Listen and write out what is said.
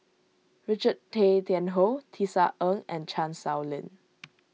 Richard Tay Tian Hoe Tisa Ng and Chan Sow Lin